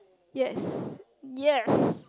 yes yes